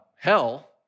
hell